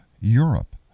Europe